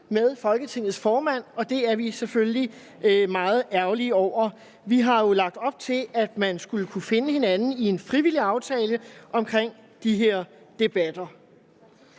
med Folketingets formand, og det er vi selvfølgelig meget ærgerlige over. Vi har jo lagt op til, at man skulle kunne finde hinanden i en frivillig aftale om de her debatter.